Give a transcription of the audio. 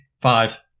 Five